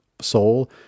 soul